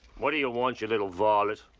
what do you want, you little varlet?